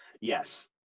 Yes